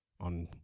on